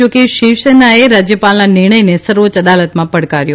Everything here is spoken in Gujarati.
જો કે શિવસેનાએ રાજયપાલના નિર્ણયને સર્વોચ્ય અદાલતમાં પડકાર્યો